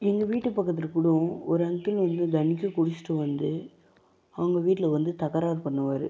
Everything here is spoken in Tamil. எங்கள் வீட்டுப் பக்கத்தில் கூடோ ஒரு அங்கிள் வந்து தினைக்கும் குடிச்சுட்டு வந்து அவங்கள் வீட்டில் வந்து தகராறு பண்ணுவார்